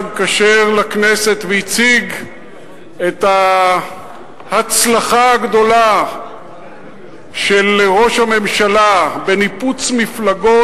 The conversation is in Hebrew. שמקשר לכנסת והציג את ההצלחה הגדולה של ראש הממשלה בניפוץ מפלגות,